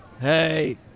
Hey